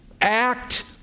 Act